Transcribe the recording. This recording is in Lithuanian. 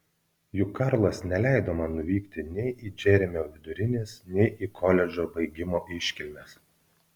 juk karlas neleido man nuvykti nei į džeremio vidurinės nei į koledžo baigimo iškilmes